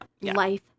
life